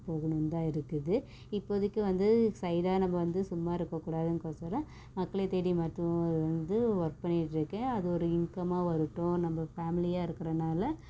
போகணுன்னு தான் இருக்குது இப்போதைக்கு வந்து சைடாக நம்ம வந்து சும்மா இருக்கக்கூடாதுங்கொசறம் மக்களை தேடிய மருத்துவம் அதில் வந்து ஒர்க் பண்ணிகிட்ருக்கேன் அது ஒரு இன்கம்மாக வரட்டும் நம்ம ஃபேம்லியாக இருக்கிறனால